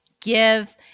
give